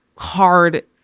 hard